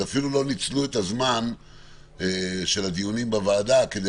אפילו לא ניצלו את הזמן של הדיונים בוועדה כדי